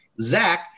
Zach